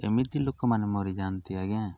ଏମିତି ଲୋକମାନେ ମରିଯାଆନ୍ତି ଆଜ୍ଞା